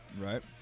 Right